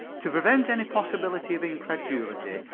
to prevent any possibility of incredulity,